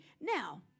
Now